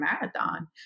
marathon